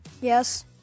yes